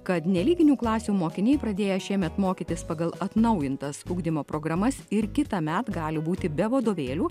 kad nelyginių klasių mokiniai pradėję šiemet mokytis pagal atnaujintas ugdymo programas ir kitąmet gali būti be vadovėlių